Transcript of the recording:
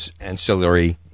ancillary